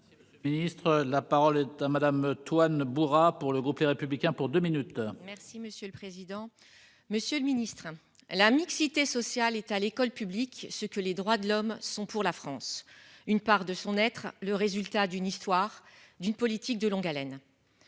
Merci, monsieur le Ministre. La parole est à madame Toine. Pour le groupe Les Républicains pour 2 minutes. Merci monsieur le président. Monsieur le Ministre, la mixité sociale est à l'école publique ce que les droits de l'homme sont pour la France une part de son être le résultat d'une histoire d'une politique de longue haleine.